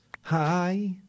Hi